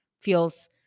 feels